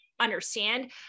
understand